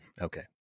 Okay